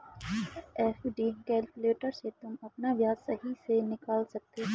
FD calculator से तुम अपना ब्याज सही से निकाल सकते हो